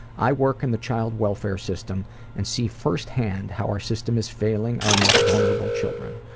i work in the child welfare system and see first-hand how our system is failing our most vulnerable children.